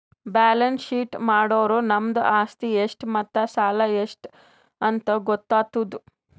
balance sheet ಮಾಡುರ್ ನಮ್ದು ಆಸ್ತಿ ಎಷ್ಟ್ ಮತ್ತ ಸಾಲ ಎಷ್ಟ್ ಅಂತ್ ಗೊತ್ತಾತುದ್